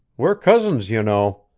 we're cousins, you know.